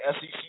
SEC